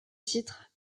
titre